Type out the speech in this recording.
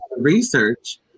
Research